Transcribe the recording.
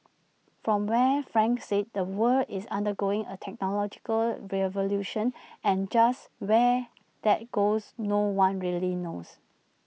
from where frank sits the world is undergoing A technological revolution and just where that goes no one really knows